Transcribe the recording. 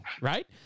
Right